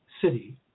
city